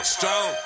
Strong